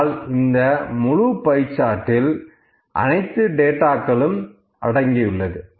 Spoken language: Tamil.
ஆனால் இந்த முழு பை சார்ட்டில் அனைத்து டேட்டாக்களும் அடங்கியுள்ளது